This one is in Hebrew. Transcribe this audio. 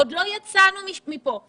עוד לא יצאנו מפה.